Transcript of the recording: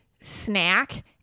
snack